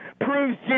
proves